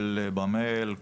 במייל,